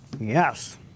Yes